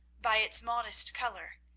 by its modest colour,